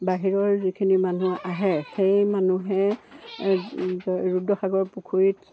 বাহিৰৰ যিখিনি মানুহ আহে সেই মানুহে ৰুদ্ৰসাগৰ পুখুৰীত